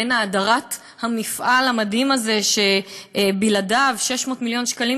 האדרת המפעל המדהים הזה של 600 מיליון שקלים,